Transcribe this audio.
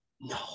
No